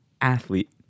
athlete